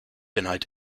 denied